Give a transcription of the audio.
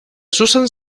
susan